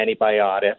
antibiotic